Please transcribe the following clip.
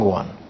one